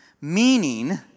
meaning